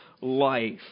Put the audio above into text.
life